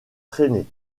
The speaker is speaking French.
traînée